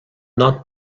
not